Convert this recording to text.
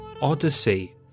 Odyssey